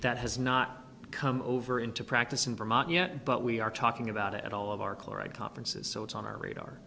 that has not come over into practice in vermont yet but we are talking about it at all of our chloride conferences so it's on our radar